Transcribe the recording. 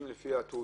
אם זה לפי התעודות,